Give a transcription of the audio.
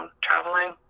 traveling